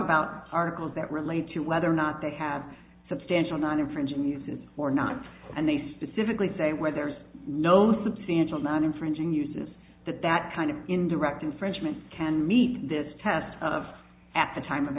about articles that relate to whether or not they have substantial non infringing uses or not and they specifically say where there's no substantial amount infringing uses that that kind of indirect infringement can meet this test of at the time